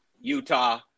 utah